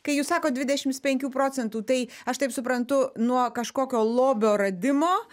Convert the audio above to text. kai jūs sakot dvidešimt penkių procentų tai aš taip suprantu nuo kažkokio lobio radimo